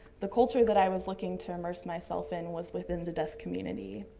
the culture that i was looking to immerse myself in was within the deaf community.